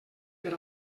per